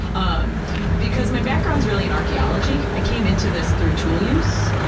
um because my background's really in archeology, i came into this through tool use,